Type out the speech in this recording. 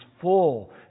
full